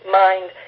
mind